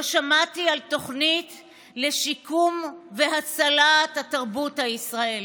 לא שמעתי על תוכנית לשיקום ולהצלה של התרבות הישראלית.